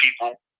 people